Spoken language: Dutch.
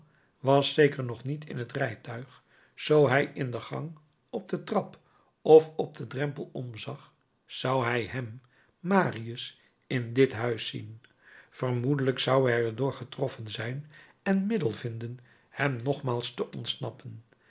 was zeker nog niet in het rijtuig zoo hij in de gang op de trap of op den drempel omzag zou hij hem marius in dit huis zien vermoedelijk zou hij er door getroffen zijn en middel vinden hem nogmaals te ontsnappen